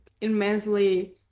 immensely